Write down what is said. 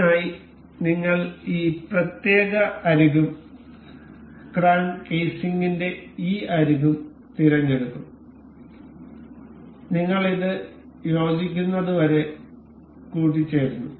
ഇതിനായിനിങ്ങൾ ഈ പ്രത്യേക അരികും ക്രാങ്ക് കേസിംഗിന്റെ ഈ അരികും തിരഞ്ഞെടുക്കും നിങ്ങൾ ഇത് യോജിക്കുന്നത് വരെ കൂടിച്ചേരുന്നു